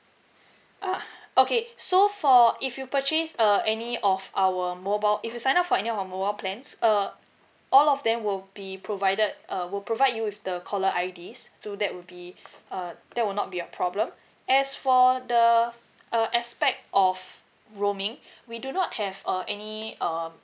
ah okay so for if you purchase uh any of our mobile if you sign up for any of our mobile plans err all of them will be provided err will provide you with the caller I_Ds so that will be uh there will not be a problem as for the uh aspect of roaming we do not have uh any um